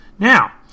Now